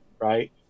right